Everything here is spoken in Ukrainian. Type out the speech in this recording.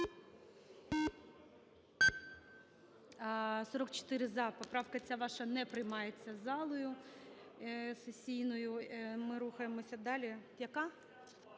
За-44 Поправка ця ваша не приймається залою сесійною. Ми рухаємося далі. Яка?